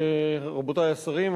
רבותי השרים,